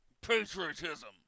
patriotism